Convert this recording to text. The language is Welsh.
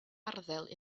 arddel